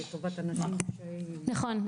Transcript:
נכון.